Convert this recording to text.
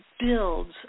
builds